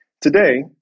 Today